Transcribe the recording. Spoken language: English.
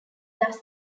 thus